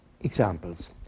examples